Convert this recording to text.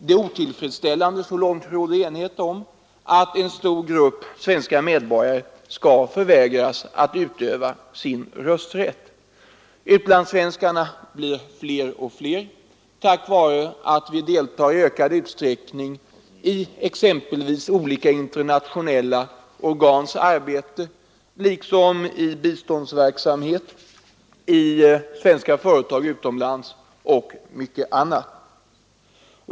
Det är otillfredsställande — så långt råder det enighet — att en stor grupp svenska medborgare skall förvägras att utöva sin rösträtt. Utlandssvenskarna blir fler och fler tack vare att vi i ökad utsträckning deltar i exempelvis olika internationella organs arbete liksom i biståndsverksamhet, genom svenska företags verksamhet utomlands och mycket annat.